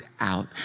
out